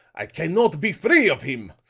i can not be free of him.